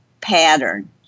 pattern